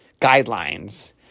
guidelines